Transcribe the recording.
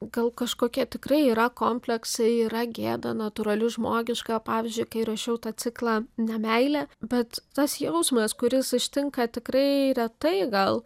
gal kažkokie tikrai yra kompleksai yra gėda natūrali žmogiška pavyzdžiui kai rašiau tą ciklą nemeilė bet tas jausmas kuris ištinka tikrai retai gal